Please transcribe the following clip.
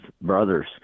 brothers